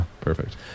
Perfect